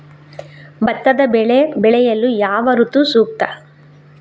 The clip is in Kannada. ಭತ್ತದ ಬೆಳೆ ಬೆಳೆಯಲು ಯಾವ ಋತು ಸೂಕ್ತ?